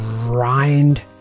Grind